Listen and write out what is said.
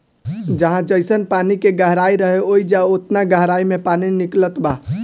जहाँ जइसन पानी के गहराई रहे, ओइजा ओतना गहराई मे पानी निकलत बा